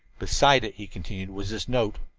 beside it, he continued, was this note.